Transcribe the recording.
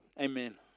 Amen